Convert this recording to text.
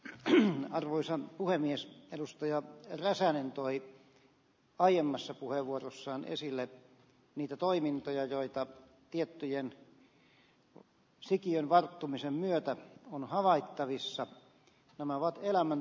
ryhmän arvoisa puhemies edustaja räsänen toi aiemmassa puheenvuorossaan esille mitä toimintoja joita tiettyjen sikiön vaihtumisen myötä on havaittavissa omaavat elämän